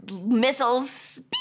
missiles